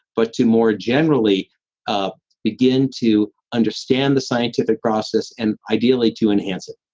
but to more generally ah begin to understand the scientific process and ideally to enhance it